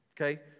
Okay